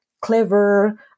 clever